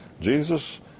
Jesus